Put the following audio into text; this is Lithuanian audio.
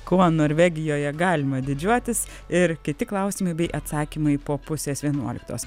kuo norvegijoje galima didžiuotis ir kiti klausimai bei atsakymai po pusės vienuoliktos